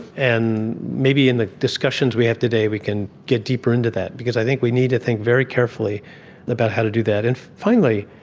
and maybe in the discussions we have today we can get deeper into that because i think we need to think very carefully about how to do that. and finally,